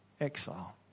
exile